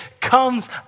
comes